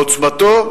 בעוצמתו,